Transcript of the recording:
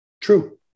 True